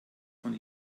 von